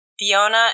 Fiona